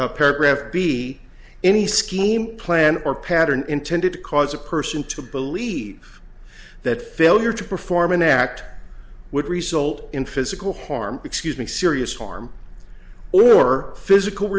a paragraph be any scheme plan or pattern intended to cause a person to believe that failure to perform an act would result in physical harm excusing serious harm or physical